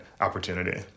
opportunity